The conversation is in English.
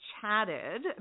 chatted